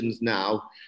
Now